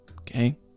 Okay